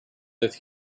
that